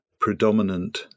predominant